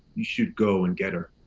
you should go and get her.